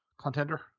contender